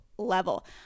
level